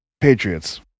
patriots